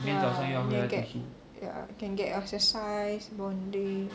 ya you can get ya can get your exercise bonding